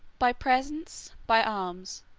by presents, by arms,